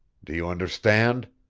do you understand?